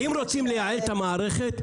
אם רוצים לייעל את המערכת,